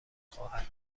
خواهد